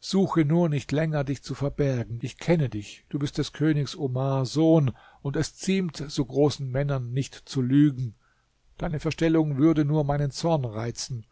suche nur nicht länger dich zu verbergen ich kenne dich du bist des königs omar sohn und es ziemt so großen männern nicht zu lügen deine verstellung würde nur meinen zorn reizen